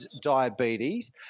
diabetes